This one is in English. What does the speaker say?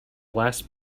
last